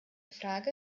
frage